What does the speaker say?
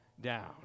down